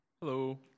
Hello